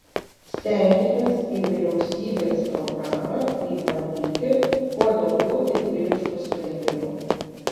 stenkitės į vyriausybės programą įvaryti kuo daugiau debiliškų sprendimų